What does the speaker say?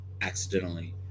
accidentally